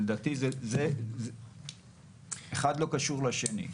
לדעתי, אחד לא קשור לשני.